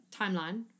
Timeline